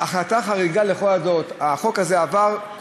גם גופים ממשלתיים, יערות שלמים.